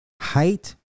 Height